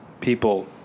people